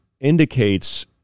indicates